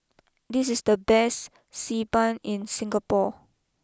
this is the best Xi Ban in Singapore